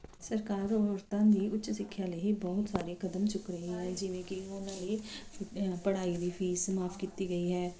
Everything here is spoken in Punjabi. ਸਰਕਾਰ ਔਰਤਾਂ ਦੀ ਉੱਚ ਸਿੱਖਿਆ ਲਈ ਬਹੁਤ ਸਾਰੇ ਕਦਮ ਚੁੱਕ ਰਹੀਆਂ ਨੇ ਜਿਵੇਂ ਕਿ ਉਹਨਾਂ ਨੇ ਪੜ੍ਹਾਈ ਦੀ ਫੀਸ ਮਾਫ ਕੀਤੀ ਗਈ ਹੈ